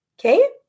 Okay